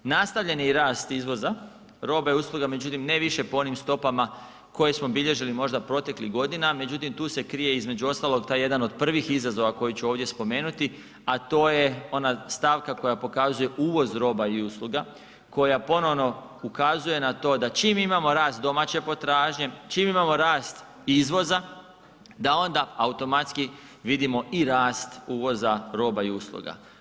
Nastavljen je i rast izvoza, robe, usluga međutim ne više po onim stopama koje smo bilježili možda proteklih godina međutim, tu se krije između ostalog taj jedan od prvih izazova koje ću ovdje spomenuti a to je ona stavka koja pokazuje uvoz roba i usluga, koja ponovno ukazuje na to da čim imamo rast domaće potražnje, čim imamo rast izvoza da onda automatski vidimo i rast uvoza, roba i usluga.